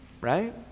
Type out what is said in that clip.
right